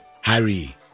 Harry